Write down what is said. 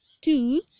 two